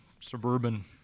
suburban